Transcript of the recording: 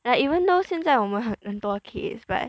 like even though 现在我们很多 case but